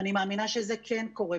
ואני מאמינה שזה כן קורה.